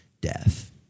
death